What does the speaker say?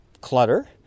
clutter